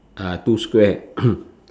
uh two square